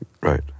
Right